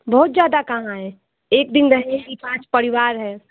बहुत ज़्यादा कहाँ है एक दिन रहने की पाँच परिवार है